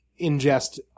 ingest